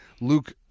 Luke